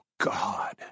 God